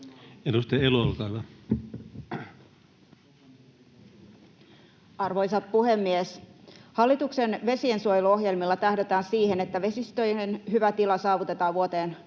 12:18 Content: Arvoisa puhemies! Hallituksen vesiensuojeluohjelmilla tähdätään siihen, että vesistöjen hyvä tila saavutetaan vuoteen 2027